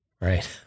Right